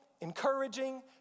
encouraging